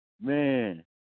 Man